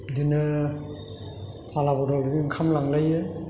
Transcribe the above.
बिदिनो फाला बदल बिदिनो ओंखाम लांलायो